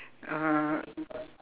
uh